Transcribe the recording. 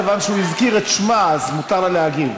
כיוון שהוא הזכיר את שמה, מותר לה להגיב.